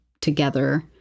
together